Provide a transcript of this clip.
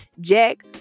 Jack